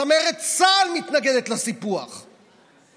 צמרת צה"ל מתנגדת לסיפוח,